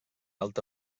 alta